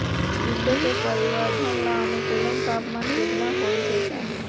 कीटो के परिवरर्धन ला अनुकूलतम तापमान केतना होए के चाही?